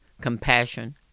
compassion